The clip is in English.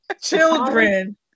children